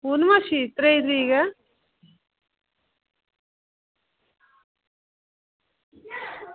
पुर्णमासी त्रेई तरीक ऐ